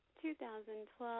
2012